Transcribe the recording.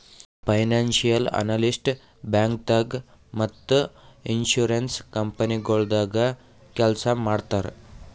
financial analyst ಬ್ಯಾಂಕ್ದಾಗ್ ಮತ್ತ್ insurance ಕಂಪನಿಗೊಳ್ದಾಗ ಕೆಲ್ಸ್ ಮಾಡ್ತರ್